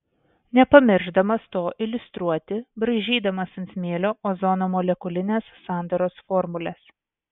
nepamiršdamas to iliustruoti braižydamas ant smėlio ozono molekulinės sandaros formules